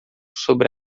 sobre